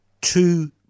two